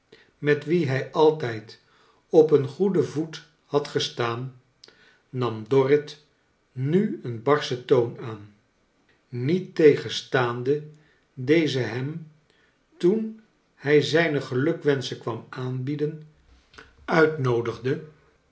met wien hij altijd op een goeden voet had gestaan nam dorrit nu een barschen toon aan niettegenstaande deze hem toen hij zijne gelukwenschen kwam aanbieden nitnoodigde